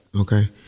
Okay